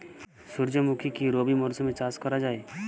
সুর্যমুখী কি রবি মরশুমে চাষ করা যায়?